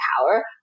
power